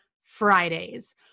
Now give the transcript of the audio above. Fridays